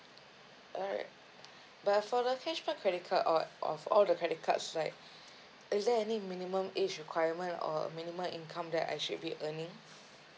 alright but for the cashback credit cards or of all the credit cards like is there any minimum age requirement or a minimum income that I should be earning